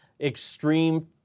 extreme